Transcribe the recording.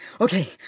okay